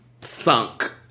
sunk